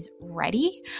Ready